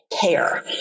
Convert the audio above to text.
care